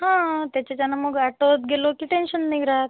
हां त्याच्यानं मग ॲटोत गेलो की टेन्शन नाही राहत